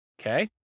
Okay